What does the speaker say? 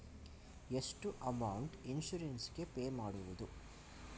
ಎಷ್ಟು amount insurance ಗೇ pay ಮಾಡುವುದು?